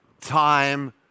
time